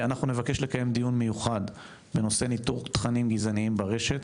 אנחנו נבקש לקיים דיון מיוחד בנושא ניטור תכנים גזעניים ברשת,